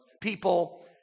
people